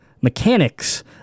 mechanics